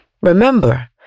Remember